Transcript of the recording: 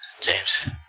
james